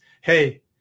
hey